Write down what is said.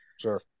Sure